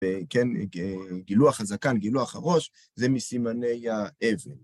וכן, גילוח הזקן, גילוח הראש, זה מסימני האבל.